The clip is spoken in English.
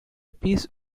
peace